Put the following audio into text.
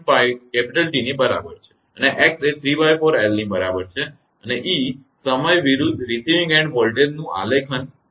5T ની બરાબર છે અને x એ ¾𝑙 ની બરાબર છે અને સમય વિરુદ્ધ રિસીવીંગ એન્ડ વોલ્ટેજનું આલેખનપ્લોટ કરો